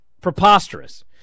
preposterous